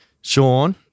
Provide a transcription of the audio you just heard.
Sean